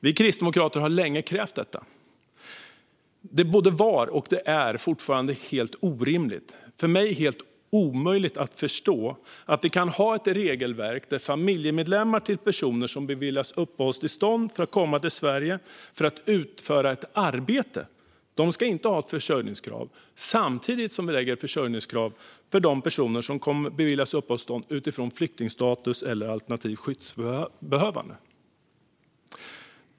Vi kristdemokrater har länge krävt detta. Det var och är helt enkelt orimligt och för mig helt omöjligt att förstå att vi kan ha ett regelverk där familjemedlemmar till personer som beviljats uppehållstillstånd för att komma till Sverige för att utföra ett arbete inte ska omfattas av försörjningskrav samtidigt som vi har försörjningskrav när det gäller personer som beviljats uppehållstillstånd med flyktingstatus eller som alternativt skyddsbehövande.